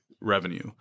revenue